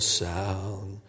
sound